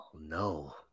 no